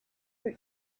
your